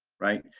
right,